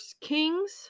Kings